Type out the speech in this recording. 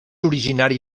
originari